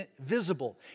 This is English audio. visible